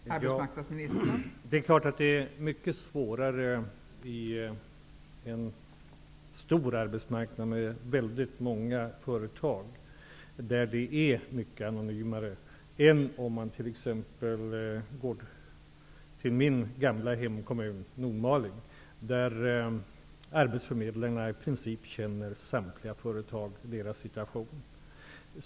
Fru talman! Det är klart att det är mycket svårare på en stor arbetsmarknad med väldigt många företag där det är mycket anonymare än i exempelvis min gamla hemkommun Nordmaling. Där känner arbetsförmedlarna i princip till samtliga företag och deras situation.